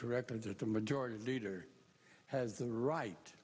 correctly that the majority leader has the right